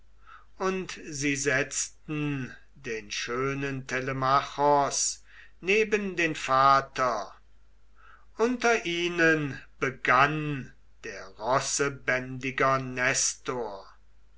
und sie setzten den schönen telemachos neben dem vater unter ihnen begann der